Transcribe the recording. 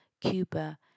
Cuba